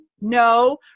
no